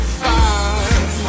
fine